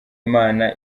imana